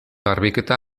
garbiketa